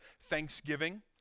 thanksgiving